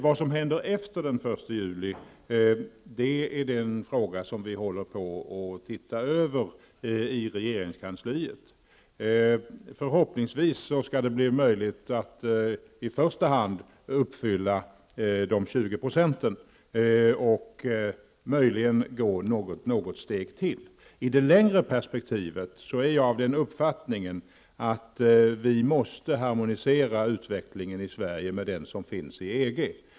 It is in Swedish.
Vad som händer efter den 1 juli är en fråga som vi håller på att se över inom regeringskansliet. Förhoppningsvis blir det möjligt att i första hand uppfylla kravet beträffande de 20 procenten och möjligen också att gå något steg till. I ett längre perspektiv är jag av den uppfattningen att vi måste harmonisera utvecklingen i Sverige med utvecklingen inom EG.